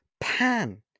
Pan